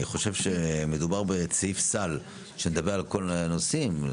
אני חושב שמדובר בסעיף סל שמדבר על כל מיני נושאים.